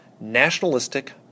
nationalistic